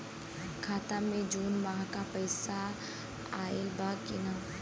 खाता मे जून माह क पैसा आईल बा की ना?